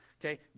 okay